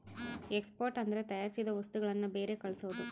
export ಅಂದ್ರೆ ತಯಾರಿಸಿದ ವಸ್ತುಗಳನ್ನು ಬೇರೆ ಕಳ್ಸೋದು